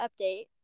update